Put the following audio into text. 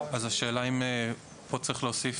השאלה האם צריך להוסיף: